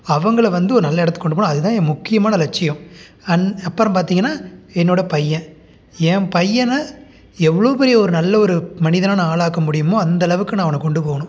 அவங்களை வந்து ஒரு நல்ல இடத்துக்கு கொண்டு போகணும் அது தான் என் முக்கியமான லட்சியம் அண்ட் அப்புறம் பார்த்திங்கன்னா என்னோடய பையன் என் பையனை எவ்வளோ பெரிய ஒரு நல்ல ஒரு மனிதனாக நான் ஆளாக்க முடியுமோ அந்த அளவுக்கு நான் அவனை கொண்டு போகணும்